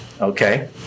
Okay